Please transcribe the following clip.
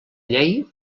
llei